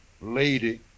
lady